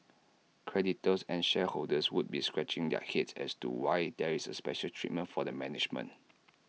creditors and shareholders would be scratching their heads as to why there is A special treatment for the management